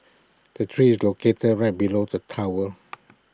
the tree is located right below the tower